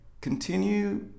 continue